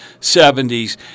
70s